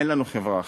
אין לנו חברה אחרת.